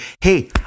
hey